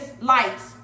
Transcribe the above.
lights